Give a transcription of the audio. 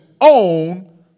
own